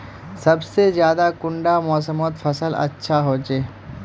सबसे ज्यादा कुंडा मोसमोत फसल अच्छा होचे?